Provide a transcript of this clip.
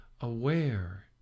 aware